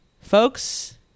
Folks